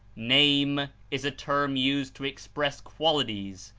name is a term used to express qualities,